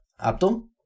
Abdul